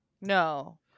No